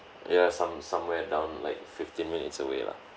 ya some somewhere down like fifteen minutes away lah